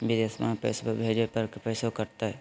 बिदेशवा मे पैसवा भेजे पर पैसों कट तय?